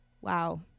wow